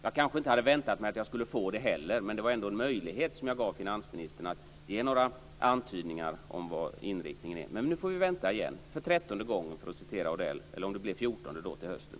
Jag kanske inte hade väntat mig att jag skulle få det heller, men det var ändå en möjlighet som jag gav finansministern att ge några antydningar om vad inriktningen är. Men nu får vi vänta igen, för trettonde gången, för att citera Odell, eller om det blir den fjortonde till hösten.